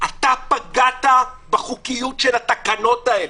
אתה פגעת בחוקיות של התקנות האלה.